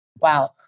Wow